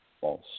false